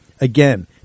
Again